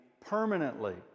permanently